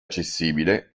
accessibile